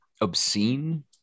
obscene